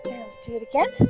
do it again